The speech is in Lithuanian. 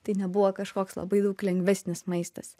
tai nebuvo kažkoks labai daug lengvesnis maistas